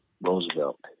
Roosevelt